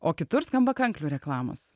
o kitur skamba kanklių reklamos